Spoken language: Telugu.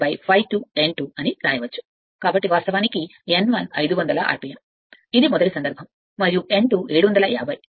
కాబట్టి వాస్తవానికి n1 500 rpm మొదటి సందర్భం మరియు n2 750 అయితే